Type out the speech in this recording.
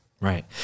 Right